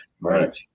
Right